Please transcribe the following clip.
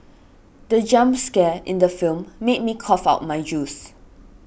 the jump scare in the film made me cough out my juice